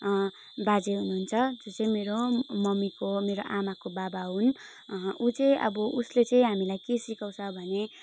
बाजे हुनुहुन्छ जो चाहिँ मेरो मम्मीको मेरो आमाको बाबा हुन् ऊ चाहिँ अब उसले चाहिँ हामीलाई के सिकाउँछ भने